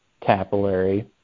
capillary